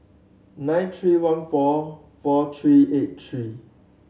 nine three one four four three eight three